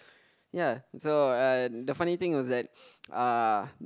ya so uh the funny thing was that uh